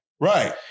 Right